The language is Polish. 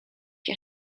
się